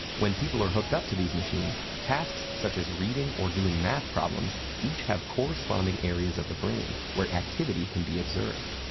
when people are hooked up to these machines, tasks, such as reading or doing math problems, each have corresponding areas of the brain where activity can be observed.